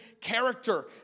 character